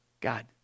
God